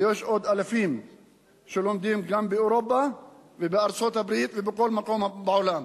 ויש עוד אלפים שלומדים גם באירופה ובארצות-הברית ובכל מקום בעולם.